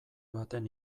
baten